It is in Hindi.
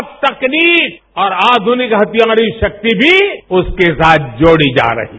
अब तकनीक और आध्निक हथियारी शाक्ति भी उसके साथ जोड़ी जा रही है